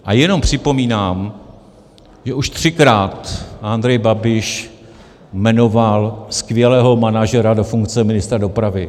A jenom připomínám, že už třikrát Andrej Babiš jmenoval skvělého manažera do funkce ministra dopravy.